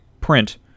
print